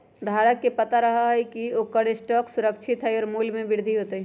धारक के पता रहा हई की ओकर स्टॉक सुरक्षित हई और मूल्य में वृद्धि होतय